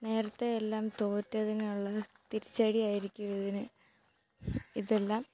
നേരത്തെ എല്ലാം തോറ്റതിനുള്ള തിരിച്ചടിയായിരിക്കും ഇതിന് ഇതെല്ലാം